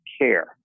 care